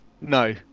no